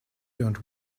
dont